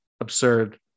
absurd